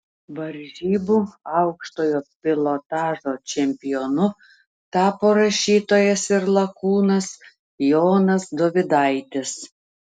varžybų aukštojo pilotažo čempionu tapo rašytojas ir lakūnas jonas dovydaitis